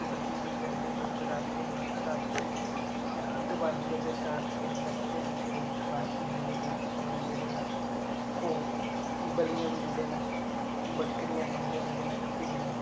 ते कुड्ढ की की करदे न लोक रातीं रातीं अग्ग बालियै ओह्दे चार चफेरे नचदे न ते बाकी देवी देवतें दे जेह्ड़े न ओह् बलियां बी दिंदे न बक्करियां दिंदे होंदे न जां भिड्डूं